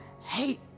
hate